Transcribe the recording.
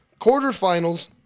quarterfinals